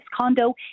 condo